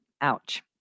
ouch